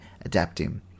adapting